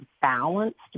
balanced